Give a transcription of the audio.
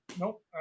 nope